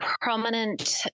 prominent